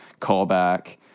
callback